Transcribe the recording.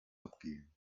abgehen